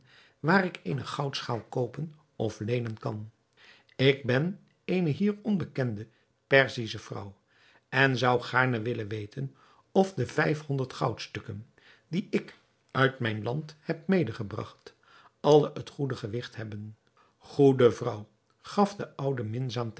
waar ik eene goudschaal koopen of leenen kan ik ben eene hier onbekende perzische vrouw en zou gaarne willen weten of de vijf-honderd goudstukken die ik uit mijn land heb medegebragt allen het goede gewigt hebben goede vrouw gaf de oude